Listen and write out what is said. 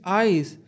eyes